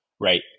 right